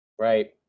right